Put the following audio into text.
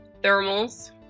thermals